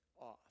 off